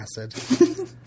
acid